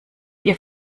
ihr